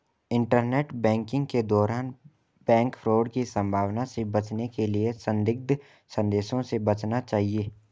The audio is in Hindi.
इंटरनेट बैंकिंग के दौरान बैंक फ्रॉड की संभावना से बचने के लिए संदिग्ध संदेशों से बचना चाहिए